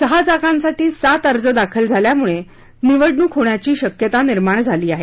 सहा जागांसाठी सात अर्ज दाखल झाल्यामुळे निवडणूक होण्याची शक्यता निर्माण झाली आहे